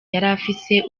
yarafise